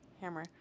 hammer